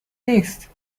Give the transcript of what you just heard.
نیست